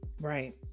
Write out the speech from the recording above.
right